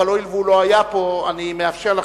אבל הואיל והוא לא היה פה אני מאפשר לך,